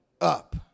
up